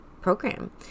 program